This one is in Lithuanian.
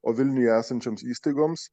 o vilniuje esančioms įstaigoms